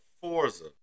Forza